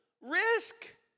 risk